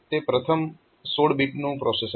તે પ્રથમ 16 bit processor છે